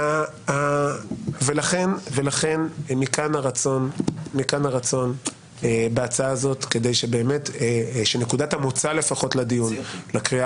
לכן מכאן הרצון בהצעה הזאת כדי שלפחות נקודת המוצא לדיון לקריאה